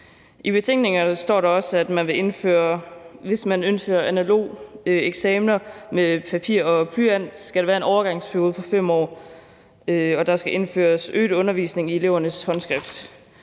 I betænkningerne står der også, at hvis man indfører analoge eksamener med papir og blyant, skal der være en overgangsperiode på 5 år, og der skal indføres øget undervisning i håndskrift